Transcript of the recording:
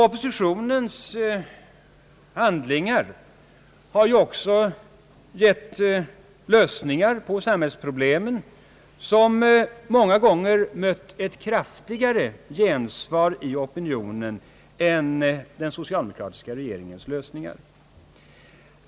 Oppositionens handlingar har därvid gett lösningar på samhällsproblemen, som många gånger mött ett kraftigare gensvar i opinionen än den socialdemokratiska regeringens lösningar.